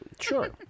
Sure